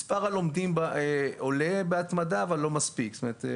מספר הלומדים עולה בהתמדה אבל לא מספיק.